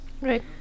right